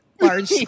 large